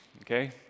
okay